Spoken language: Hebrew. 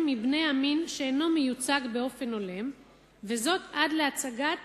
מבני המין שאינו מיוצג באופן הולם וזאת עד להשגת